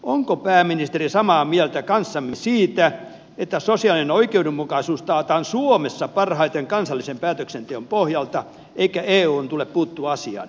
onko pääministeri samaa mieltä kanssamme siitä että sosiaalinen oikeudenmukaisuus taataan suomessa parhaiten kansallisen päätöksenteon pohjalta eikä eun tule puuttua asiaan